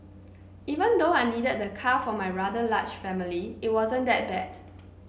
even though I needed the car for my rather large family it wasn't that bad